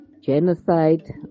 genocide